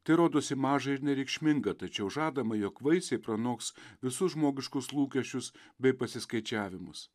tai rodosi maža ir nereikšminga tačiau žadama jog vaisiai pranoks visus žmogiškus lūkesčius bei pasiskaičiavimus